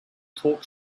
talk